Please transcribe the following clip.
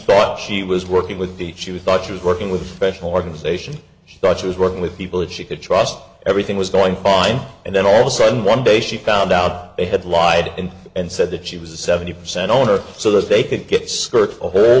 thought she was working with the she was thought she was working with a special organization she thought she was working with people that she could trust everything was going fine and then all of a sudden one day she found out they had lied and said that she was a seventy percent owner so that they could get skirt for